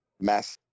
mass